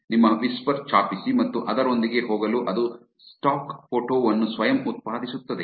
ನಿಮ್ಮ ವಿಸ್ಪರ್ ಛಾಪಿಸಿ ಮತ್ತು ಅದರೊಂದಿಗೆ ಹೋಗಲು ಅದು ಸ್ಟಾಕ್ ಫೋಟೋ ವನ್ನು ಸ್ವಯಂ ಉತ್ಪಾದಿಸುತ್ತದೆ